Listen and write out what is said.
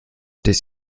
des